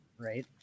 Right